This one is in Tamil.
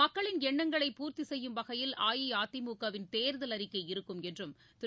மக்களின் எண்ணங்களை பூர்த்தி செய்யும் வகையில் அஇஅதிமுகவின் தேர்தல் அறிக்கை இருக்கும் என்றும் திரு